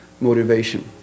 motivation